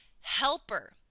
helper